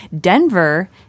Denver